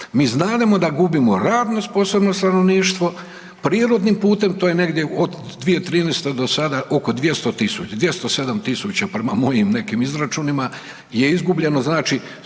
Mi znademo da gubimo radno sposobno stanovništvo, prirodnim putem to je negdje od 2013. do sada oko 207 tisuća prema mojim nekim izračunima je izgubljeno zbog